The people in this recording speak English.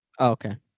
Okay